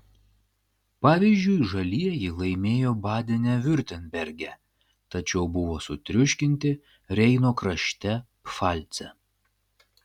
pavyzdžiui žalieji laimėjo badene viurtemberge tačiau buvo sutriuškinti reino krašte pfalce